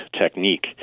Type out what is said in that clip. technique